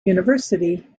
university